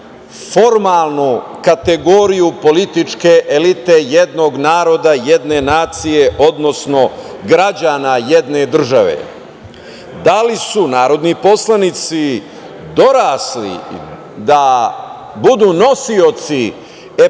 formalnu kategoriju političke elite jednog naroda, jedne nacije, odnosno građana jedne države. Da li su narodni poslanici dorasli da budu nosioci epiteta